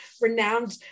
renowned